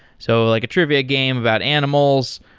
so like a trivia game about animals,